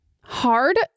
hard